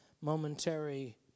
momentary